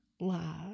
love